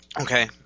Okay